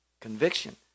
Conviction